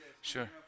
sure